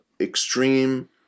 extreme